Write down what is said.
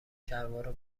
شلوارو